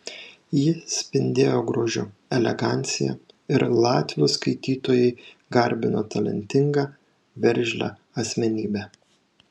ji spindėjo grožiu elegancija ir latvių skaitytojai garbino talentingą veržlią asmenybę